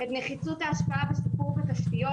את נחיצות ההשפעה בשיפור בתשתיות,